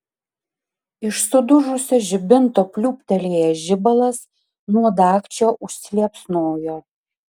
iš sudužusio žibinto pliūptelėjęs žibalas nuo dagčio užsiliepsnojo